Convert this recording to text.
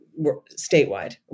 statewide